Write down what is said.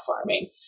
farming